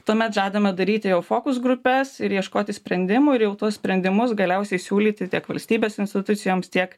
tuomet žadama daryti jau fokus grupes ir ieškoti sprendimų ir jau tuos sprendimus galiausiai siūlyti tiek valstybės institucijoms tiek